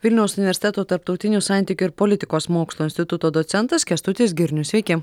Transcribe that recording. vilniaus universiteto tarptautinių santykių ir politikos mokslų instituto docentas kęstutis girnius sveiki